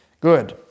Good